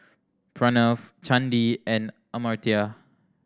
Pranav Chandi and Amartya